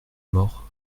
mort